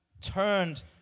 turned